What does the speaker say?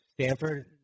Stanford